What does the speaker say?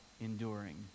enduring